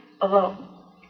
alone